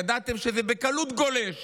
ידעתם שזה בקלות גולש